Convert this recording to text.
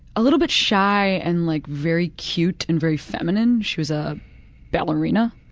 a little bit shy and like very cute and very feminine. she was a ballerina,